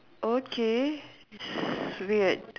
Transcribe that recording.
okay weird